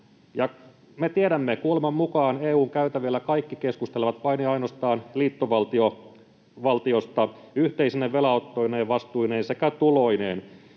EU-politiikasta. Kuuleman mukaan EU:n käytävillä kaikki keskustelevat vain ja ainoastaan liittovaltiosta yhteisine velanottoineen, vastuineen sekä tuloineen.